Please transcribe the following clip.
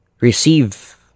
receive